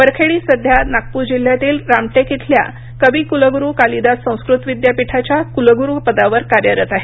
वरखेडी सध्या नागप्र जिल्ह्यातील रामटेक इथल्या कवि कुलगुरू कालिदास संस्कृत विद्यपीठाच्या कुलगुरू पदावर कार्यरत आहेत